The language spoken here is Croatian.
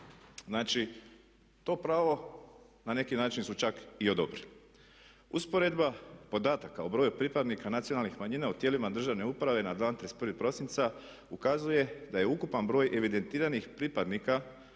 Znači to pravo na neki način su čak i odobrili. Usporedba podataka o broju pripadnika nacionalnih manjina u tijelima državne uprave na dan 31. prosinca ukazuje da je ukupan broj evidentiranih pripadnika